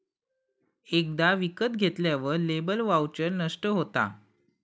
एकदा विकत घेतल्यार लेबर वाउचर नष्ट होता